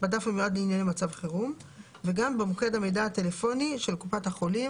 בדף המיועד לענייני מצב חירום וגם במוקד המידע הטלפוני של קופת החולים,